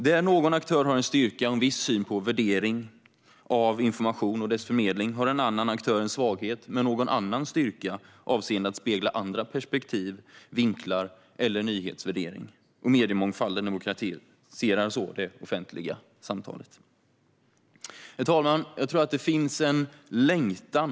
Där någon aktör har en styrka och en viss syn på värdering av information och dess förmedling har någon annan aktör en svaghet men någon annan styrka när det gäller att spegla andra perspektiv, andra vinklar eller en annan nyhetsvärdering. Mediemångfalden demokratiserar det offentliga samtalet. Herr talman! Jag tror att det finns en längtan.